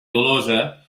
tolosa